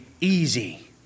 easy